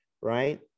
right